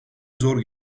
zor